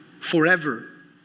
forever